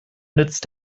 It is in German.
nützt